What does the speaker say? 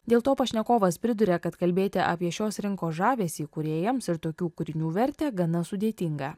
dėl to pašnekovas priduria kad kalbėti apie šios rinkos žavesį kūrėjams ir tokių kūrinių vertę gana sudėtinga